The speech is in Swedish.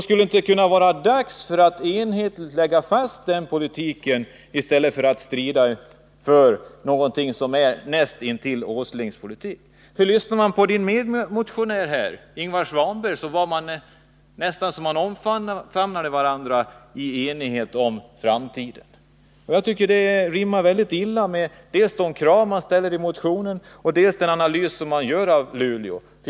Skulle det inte nu vara dags att enhetligt lägga fast den politiken i stället för att strida för någonting som är näst intill Nils Åslings politik? Lyssnar man på Sten-Ove Sundströms medmotionär, Ingvar Svanberg, får man nästan intrycket att man omfamnar varandra i enighet om framtiden. Jag tycker det rimmar mycket illa med dels de krav som ställs i motionen, dels den analys som man gör beträffande Luleå.